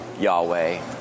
Yahweh